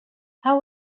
how